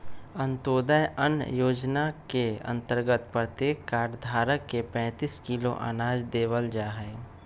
अंत्योदय अन्न योजना के अंतर्गत प्रत्येक कार्ड धारक के पैंतीस किलो अनाज देवल जाहई